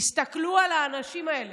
תסתכלו על האנשים האלה,